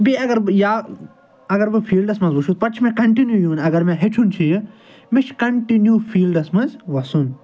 بیٚیہِ اگر بہٕ یا اگر بہٕ فیٖلڈَس مَنٛز وٕچھو پَتہٕ چھِ مےٚ کَنٹِنیو یُن اگر مےٚ ہیٚچھُن چھُ یہِ مےٚ کَنٹِنیو فیٖلڈَس مَنٛز وَسُن